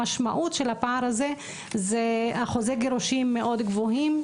המשמעות של הפער הזה זה אחוזי גירושים מאוד גבוהים,